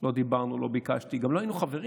לא דיברנו, לא ביקשתי, גם לא היינו חברים.